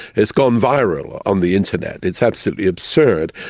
it's gone viral on the internet. it's absolutely absurd.